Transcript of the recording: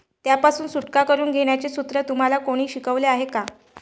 त्यापासून सुटका करून घेण्याचे सूत्र तुम्हाला कोणी शिकवले आहे का?